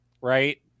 right